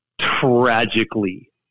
tragically